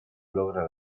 logra